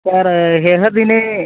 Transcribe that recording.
sir ह्यः दिने